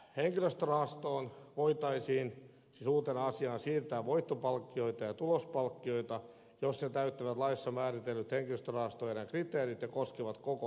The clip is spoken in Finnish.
henkilöstörahastoon voitaisiin siis uutena asiana siirtää voittopalkkioita ja tulospalkkioita jos ne täyttävät laissa määritellyt henkilöstörahastoerän kriteerit ja koskevat koko hen kilöstöä